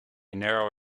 narrow